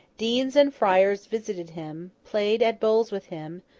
deans and friars visited him, played at bowls with him,